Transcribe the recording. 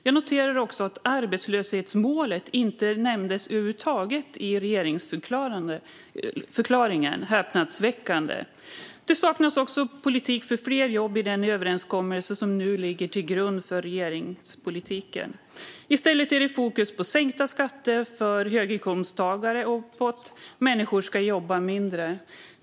Jag noterar också att arbetslöshetsmålet inte nämndes över huvud taget i regeringsförklaringen, vilket är häpnadsväckande. Det saknas även politik för fler jobb i den överenskommelse som nu ligger till grund för regeringspolitiken. I stället är det fokus på sänkta skatter för höginkomsttagare och på att människor ska jobba mindre.